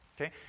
Okay